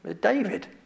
David